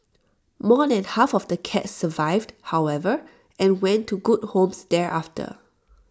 more than half of the cats survived however and went to good homes thereafter